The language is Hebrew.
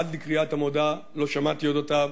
אבל עד לקריאת המודעה לא שמעתי עליו,